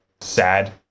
sad